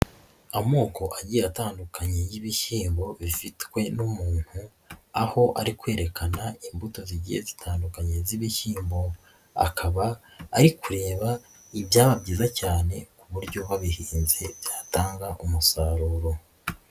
Amoko agiye atandukanye y'ibishyimbo bifitwe n'umuntu aho ari kwerekana imbuto zigiye zitandukanye z'ibishyimbo, akaba ari kureba ibyaba byiza cyane ku buryo babihinze byatanga umusaruro.